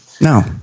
No